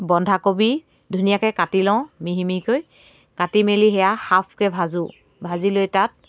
বন্ধা কবি ধুনীয়াকৈ কাটি লওঁ মিহি মিহিকৈ কাটি মেলি সেয়া হাফকৈ ভাজোঁ ভাজি লৈ তাত